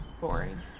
boring